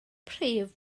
prif